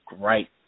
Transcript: great